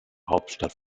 hauptstadt